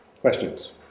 Questions